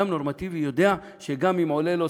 האדם הנורמטיבי יודע שגם אם עולה לו,